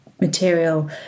material